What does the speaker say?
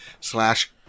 slash